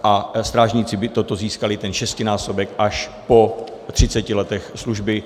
A strážníci by toto získali, ten šestinásobek, až po třiceti letech služby.